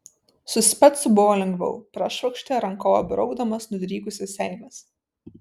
su specu buvo lengviau prašvokštė rankove braukdamas nudrykusias seiles